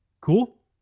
Cool